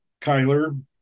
Kyler